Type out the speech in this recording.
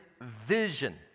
vision